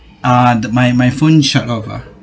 ah th~ my my phone shut off ah